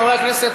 חברי הכנסת,